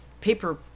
paper